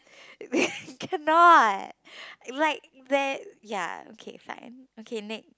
cannot like that ya okay fine okay next